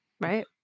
right